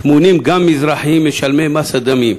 טמונים גם מזרחים משלמי מס הדמים.